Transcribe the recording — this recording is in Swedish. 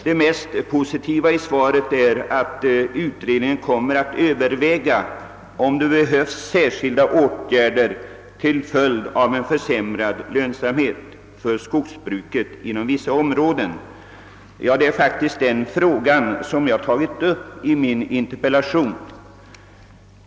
Det mest positiva i interpellationssvaret är att utredningen kommer att överväga om några särskilda åtgärder behöver vidtagas på grund av den försämrade lönsamheten för skogsbruket inom vissa områden. Det är just den frågan jag har tagit upp i min interpellation.